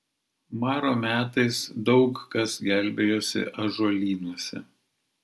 maro metais daug kas gelbėjosi ąžuolynuose